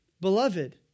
beloved